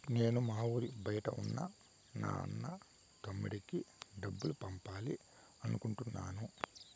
నేను ఊరి బయట ఉన్న నా అన్న, తమ్ముడికి డబ్బులు పంపాలి అనుకుంటున్నాను